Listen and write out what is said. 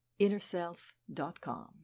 InnerSelf.com